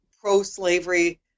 pro-slavery